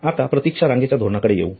आता प्रतीक्षा रांगेच्या धोरणांकडे येवू